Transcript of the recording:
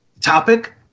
Topic